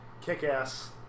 kick-ass